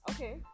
Okay